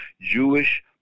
Jewish